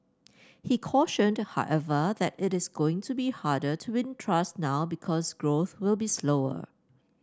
he cautioned however that it is going to be harder to win trust now because growth will be slower